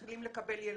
אז מתחילים לקבל את